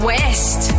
West